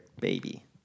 baby